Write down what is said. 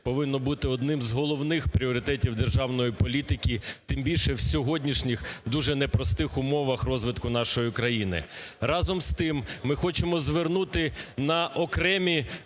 повинно бути одним з головних пріоритетів державної політики, тим більше, в сьогоднішніх, дуже непростих умовах розвитку нашої країни. Разом з тим, ми хочемо звернути на окремі